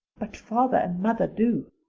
but father and mother do.